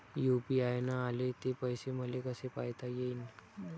UPI न आले ते पैसे मले कसे पायता येईन?